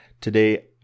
Today